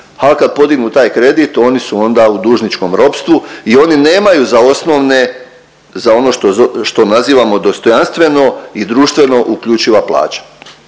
Ali, kad podignu taj kredit, oni su onda u dužničkom ropstvu i oni nemaju za osnovne, za ono što nazivamo dostojanstveno i društveno uključiva plaća.